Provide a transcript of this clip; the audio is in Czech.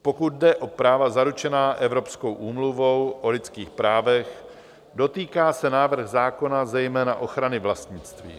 Pokud jde o práva zaručená Evropskou úmluvou o lidských právech, dotýká se návrh zákona zejména ochrany vlastnictví.